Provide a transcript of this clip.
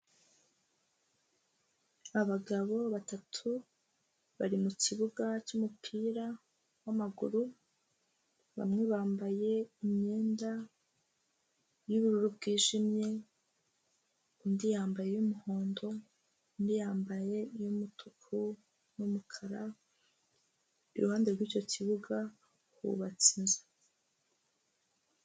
Abagabo batatu bari mukibuga cy'umupira w'amaguru, bamwe bambaye imyenda y'ubururu bwijimye, undi yambaye iy'umuhondo, undi yambaye iy'umutuku n'umukara, iruhande rw'icyo kibuga hubatse inzu.